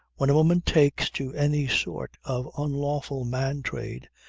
when a woman takes to any sort of unlawful man-trade,